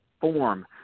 form